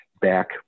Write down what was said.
back